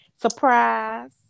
Surprise